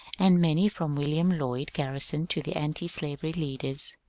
and many from william lloyd garrison to the antislavery leaders.